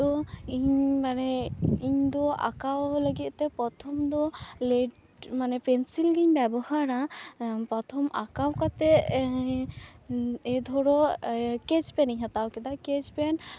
ᱛᱚ ᱤᱧ ᱢᱟᱱᱮ ᱤᱧᱫᱚ ᱟᱸᱠᱟᱣ ᱞᱟᱹᱜᱤᱫ ᱛᱮ ᱯᱨᱚᱛᱷᱚᱢ ᱫᱚ ᱞᱮᱴ ᱢᱟᱱᱮ ᱯᱮᱱᱥᱤᱞ ᱜᱮᱧ ᱵᱮᱵᱚᱦᱟᱨᱟ ᱯᱨᱚᱛᱷᱚᱢ ᱟᱸᱠᱟᱣ ᱠᱟᱛᱮ ᱮᱭ ᱫᱷᱚᱨᱚ ᱥᱠᱮᱪ ᱯᱮᱱᱤᱧ ᱦᱟᱛᱟᱣ ᱠᱮᱫᱟ ᱥᱠᱮᱪ ᱯᱮᱱ